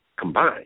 combined